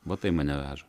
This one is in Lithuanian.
vat tai mane veža